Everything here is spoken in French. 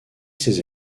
ses